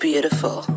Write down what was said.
Beautiful